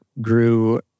grew